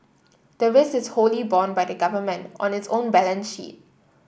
the risk is wholly borne by the Government on its own balance sheet